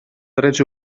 drets